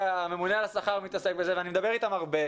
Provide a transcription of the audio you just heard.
הממונה על השכר מתעסק בזה ואני מדבר איתם הרבה.